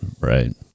Right